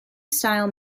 style